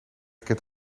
kent